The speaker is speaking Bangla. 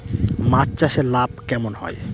মাছ চাষে লাভ কেমন হয়?